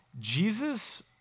Jesus